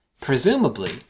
Presumably